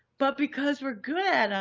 but because we're good